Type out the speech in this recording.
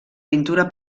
pintura